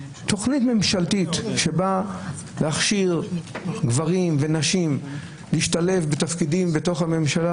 תכנית ממשלתית שבאה להכשיר גברים ונשים להשתלב בתפקידים בממשלה,